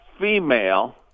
female